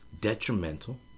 detrimental